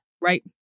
Right